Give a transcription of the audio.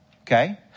okay